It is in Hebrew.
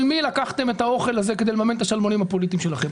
מי לקחתם את האוכל הזה כדי לממן את השלמונים הפוליטיים שלכם.